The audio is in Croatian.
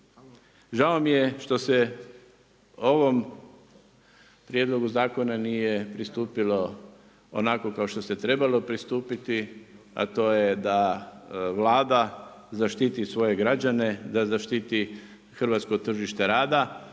Žao mi je što se ovom prijedlogu zakona nije pristupilo onako kao što se trebalo pristupiti, a to je da Vlada zaštiti svoje građane, da zaštiti hrvatsko tržište rada